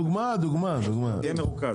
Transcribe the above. דוגמא, דוגמא --- תהיה מרוכז.